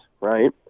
right